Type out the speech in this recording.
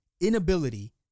inability